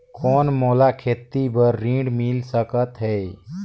कौन मोला खेती बर ऋण मिल सकत है?